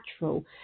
natural